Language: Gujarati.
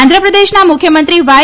આંધ્રપ્રદેશના મુખ્યમંત્રી વાય